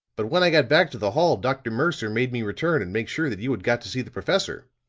but when i got back to the hall, dr. mercer made me return and make sure that you had got to see the professor.